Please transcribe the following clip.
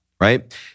right